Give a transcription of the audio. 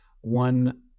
One